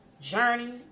journey